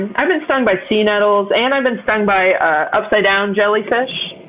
and i've been stung by sea nettles and i've been stung by upside-down jellyfish.